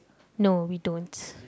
no we don't